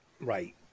right